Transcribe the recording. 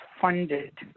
funded